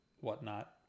whatnot